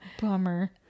bummer